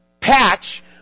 patch